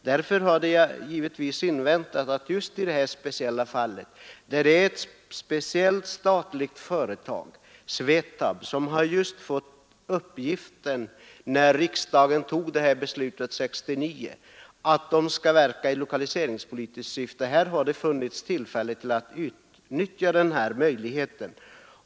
Men jag hade också väntat mig att det statliga företaget SVETAB, om vars tillkomst riksdagen beslutade 1969 med uttalandet att det skulle verka i lokaliseringspolitiskt syfte, i detta fall skulle ha utnyttjat den möjligheten.